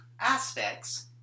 aspects